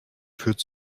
führt